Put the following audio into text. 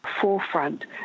forefront